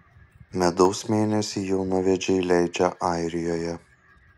medaus mėnesį jaunavedžiai leidžia airijoje